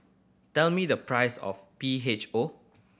tell me the price of P H O